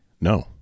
No